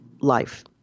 life